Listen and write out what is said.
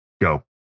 Go